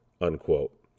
Unquote